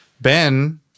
Ben